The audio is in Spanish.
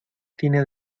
tiene